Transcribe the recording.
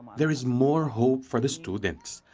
there is more hope for the students.